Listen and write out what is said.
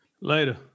Later